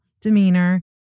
demeanor